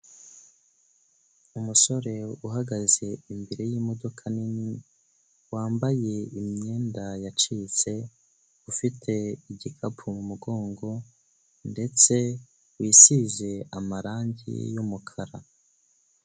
Umusore uhagaze imbere y'imodoka nini wambaye imyenda yacitse, ufite igikapu mu mugongo ndetse wisize amarange y'umukara.